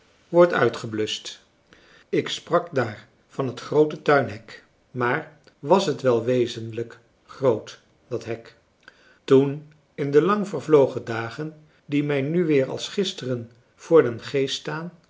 wordt uitgebluscht ik sprak daar van het groote tuinhek maar was het wel wezenlijk groot dat hek toen in de lang vervlogen dagen die mij nu weer als gisteren voor den geest staan